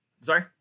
Sorry